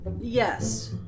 Yes